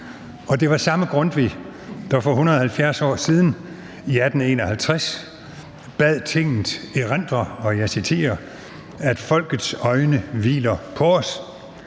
og det var samme Grundtvig, der for 170 år siden, i 1851, bad Tinget erindre – og jeg citerer –